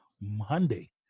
Monday